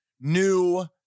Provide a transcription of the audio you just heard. new